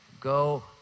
Go